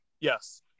Yes